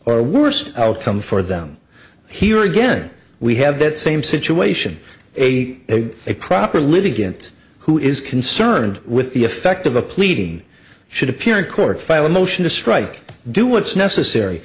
or worst outcome for them here again we have that same situation a a proper living against who is concerned with the effect of a pleading should appear in court file a motion to strike do what's necessary